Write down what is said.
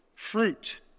fruit